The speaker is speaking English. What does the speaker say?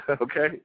Okay